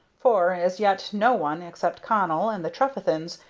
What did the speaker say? for as yet no one, except connell and the trefethens,